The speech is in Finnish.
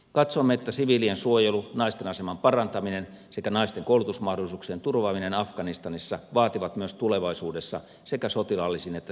katsomme että siviilien suojelu naisten aseman parantaminen sekä naisten koulutusmahdollisuuksien turvaaminen afganistanissa vaativat myös tulevaisuudessa sekä sotilaallisiin että siviilikriisinhallintatehtäviin osallistumista